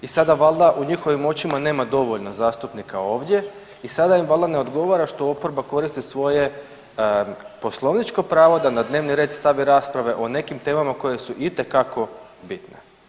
I sada valjda u njihovim očima nema dovoljno zastupnika ovdje i sada im valjda ne odgovara što oporba koristi svoje poslovničko pravo da na dnevni red stavi rasprave i nekim temama koje su itekako bitne.